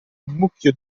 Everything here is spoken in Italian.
mucchio